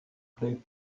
plait